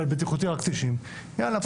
אבל בטיחותי רק 90. יאללה,